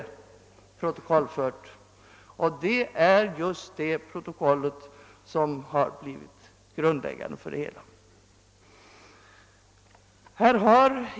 Och det är just det protokollet som har blivit grundläggande för restaureringsförslaget.